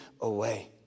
away